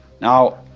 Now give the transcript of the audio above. Now